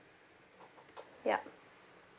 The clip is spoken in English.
yup